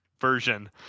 version